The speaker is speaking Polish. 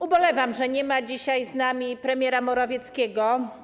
Ubolewam nad tym, że nie ma dzisiaj z nami premiera Morawieckiego.